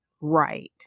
right